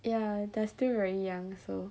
ya they are still very young so